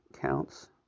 counts